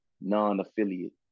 non-affiliate